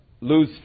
lose